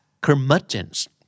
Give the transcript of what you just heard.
curmudgeons